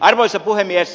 arvoisa puhemies